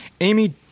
Amy